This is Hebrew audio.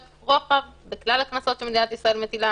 רוחב בכלל הקנסות שמדינת ישראל מטילה,